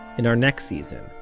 in our next season,